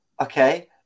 Okay